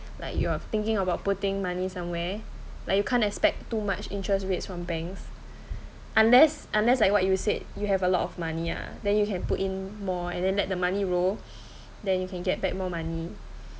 like you're thinking about putting money somewhere like you can't expect too much interest rates from banks unless unless like what you said you have a lot of money ah then you can put in more and then let the money roll then you can get back more money